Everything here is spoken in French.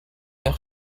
ère